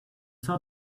saw